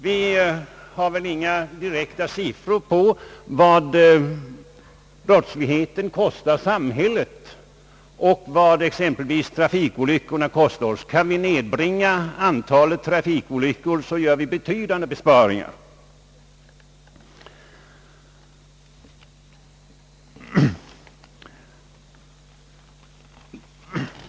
Det finns väl inga direkta siffror på vad brottsligheten kostar samhället och vad exempelvis trafikolyckorna kostar oss, men kan vi vända utvecklingen så gör vi säkert betydande besparingar.